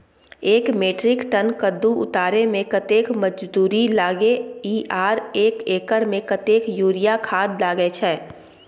एक metric ton कद्दू उतारे में कतेक मजदूरी लागे इ आर एक एकर में कतेक यूरिया खाद लागे छै?